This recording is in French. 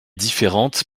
différentes